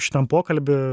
šitam pokalby